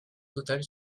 totale